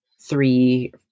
three